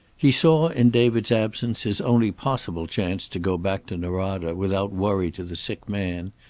he saw in david's absence his only possible chance to go back to norada without worry to the sick man,